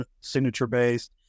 signature-based